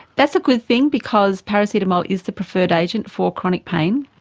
that's a good thing because paracetamol is the preferred agent for chronic pain.